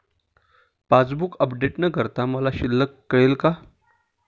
Passbook update न करता मला शिल्लक कळेल का?